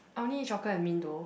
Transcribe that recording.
I only eat chocolate and mint though